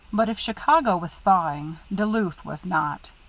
but if chicago was thawing, duluth was not.